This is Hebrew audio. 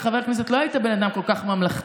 כשהיית חבר כנסת לא היית בן אדם כל כך ממלכתי,